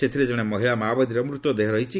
ସେଥିରେ ଜଣେ ମହିଳା ମାଓବାଦୀର ମୃତଦେହ ରହିଛି